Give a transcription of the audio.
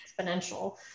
exponential